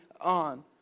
on